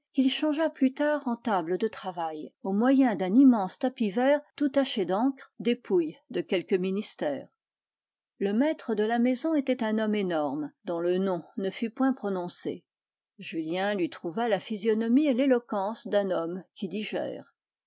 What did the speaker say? qu'il changea plus tard en table de travail au moyen d'un immense tapis vert tout taché d'encre dépouille de quelque ministère le maître de la maison était un homme énorme dont le nom ne fut point prononcé julien lui trouva la physionomie et l'éloquence d'un homme qui digère